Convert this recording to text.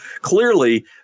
clearly